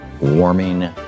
Warming